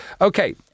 Okay